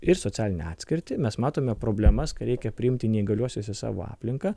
ir socialinę atskirtį mes matome problemas kai reikia priimti neįgaliuosius į savo aplinką